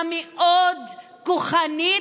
המאוד-כוחנית,